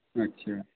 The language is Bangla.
আচ্ছা